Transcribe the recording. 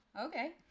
Okay